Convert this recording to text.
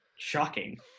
shocking